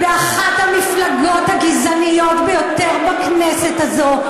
באחת המפלגות הגזעניות ביותר בכנסת הזאת,